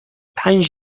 پنج